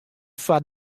foar